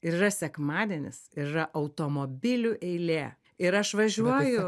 ir yra sekmadienis ir yra automobilių eilė ir aš važiuoju